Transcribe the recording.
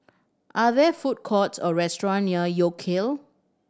are there food courts or restaurant near York Kill